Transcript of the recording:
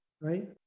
right